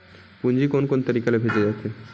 पूंजी कोन कोन तरीका ले भेजे जाथे?